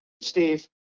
steve